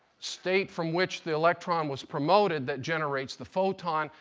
state from which the electron was promoted that generates the photon.